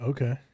Okay